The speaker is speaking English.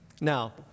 Now